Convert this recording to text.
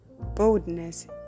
boldness